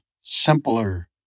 simpler